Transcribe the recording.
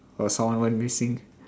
for someone went missing